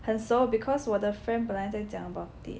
很熟 because 我的 friend 本来在讲 about it